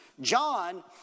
John